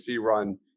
run